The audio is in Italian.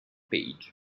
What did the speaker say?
page